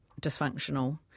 dysfunctional